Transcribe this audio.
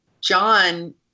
John